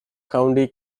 county